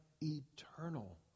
eternal